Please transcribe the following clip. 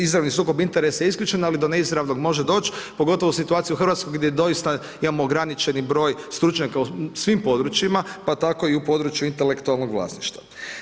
Izravni sukob interesa je isključen ali do neizravnog može doć pogotovo u situaciji u Hrvatskoj gdje doista imamo ograničeni broj stručnjaka u svim područjima pa tako i u području intelektualnog vlasništva.